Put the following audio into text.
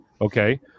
okay